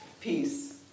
Peace